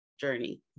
journey